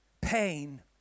pain